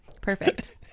Perfect